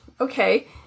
okay